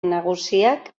nagusiak